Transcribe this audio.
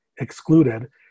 excluded